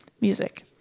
music